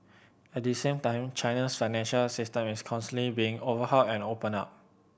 at the same time China's financial system is constantly being overhauled and opened up